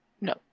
No